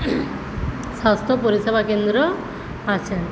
স্বাস্থ্য পরিষেবা কেন্দ্র আছে